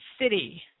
city